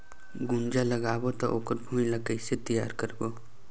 गुनजा लगाबो ता ओकर भुईं ला कइसे तियार करबो?